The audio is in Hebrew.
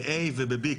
ב-A וב-B,